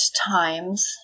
times